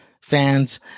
fans